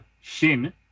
Shin